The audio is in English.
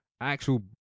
actual